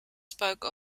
spoke